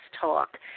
talk